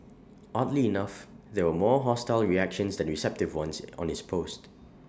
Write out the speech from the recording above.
oddly enough there were more hostile reactions than receptive ones on this post